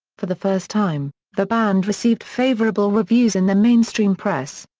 for the first time, the band received favourable reviews in the mainstream press.